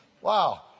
Wow